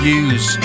use